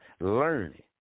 learning